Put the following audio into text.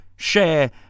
Share